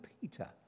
Peter